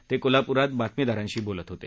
ते कोल्हाप्रात बातमीदारांशी बोलत होते